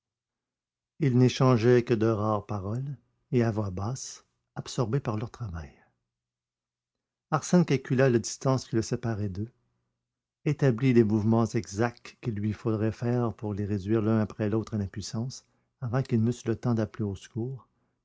ils n'échangeaient que de rares paroles et à voix basse absorbés par leur travail arsène calcula la distance qui le séparait d'eux établit les mouvements exacts qu'il lui faudrait faire pour les réduire l'un après l'autre à l'impuissance avant qu'ils n'eussent le temps d'appeler au secours